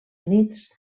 units